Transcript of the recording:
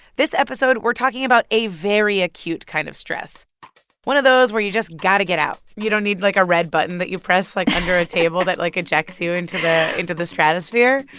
this episode, we're talking about a very acute kind of stress one of those where you just got to get out you don't need, like, a red button that you press, like, under a table that, like, ejects you into the into the stratosphere?